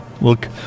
look